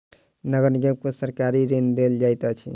नगर निगम के सरकारी ऋण देल जाइत अछि